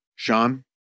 Sean